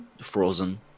frozen